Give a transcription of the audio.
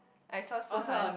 I saw Shi-Han